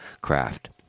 craft